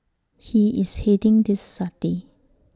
he is heading this study